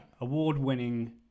award-winning